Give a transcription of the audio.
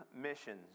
Missions